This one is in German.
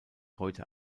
heute